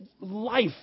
life